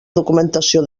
documentació